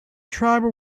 tribal